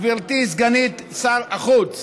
גברתי סגנית שר החוץ.